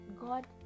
god